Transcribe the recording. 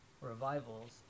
revivals